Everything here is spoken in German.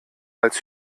als